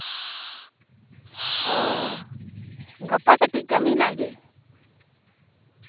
ᱚ ᱜᱟᱯᱟ ᱠᱟᱹᱴᱤᱡ ᱠᱟᱹᱢᱤ ᱦᱮᱱᱟᱜ ᱜᱮ